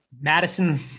Madison